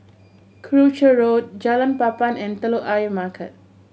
Croucher Road Jalan Papan and Telok Ayer Market